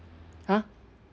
!huh!